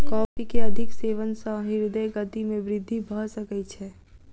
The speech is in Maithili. कॉफ़ी के अधिक सेवन सॅ हृदय गति में वृद्धि भ सकै छै